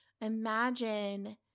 imagine